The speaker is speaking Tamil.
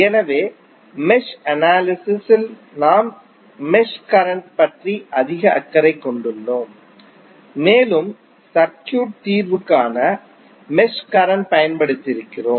எனவே மெஷ் அனாலிஸிஸ் ல் நாம் மெஷ் கரண்ட் பற்றி அதிக அக்கறை கொண்டுள்ளோம் மேலும் சர்க்யூட் தீர்வு காண மெஷ் கரண்ட் பயன்படுத்துகிறோம்